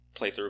playthrough